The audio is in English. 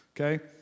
Okay